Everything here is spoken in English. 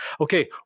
okay